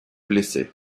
blessé